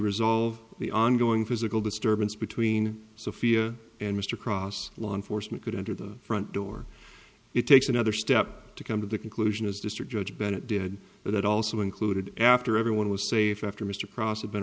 resolve the ongoing physical disturbance between sophia and mr cross law enforcement could enter the front door it takes another step to come to the conclusion as district judge bennett did that it also included after everyone was safe after mr prosser been